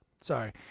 Sorry